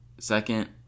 Second